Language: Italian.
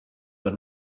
per